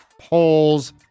polls